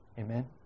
Amen